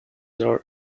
are